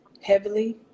heavily